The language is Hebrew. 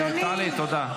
תודה.